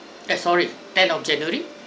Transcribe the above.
eh sorry tenth of january